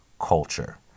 culture